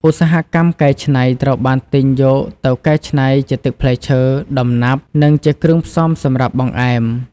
ឧស្សាហកម្មកែច្នៃ ត្រូវបានទិញយកទៅកែច្នៃជាទឹកផ្លែឈើ ដំណាប់ និងជាគ្រឿងផ្សំសម្រាប់បង្អែម។